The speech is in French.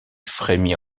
frémis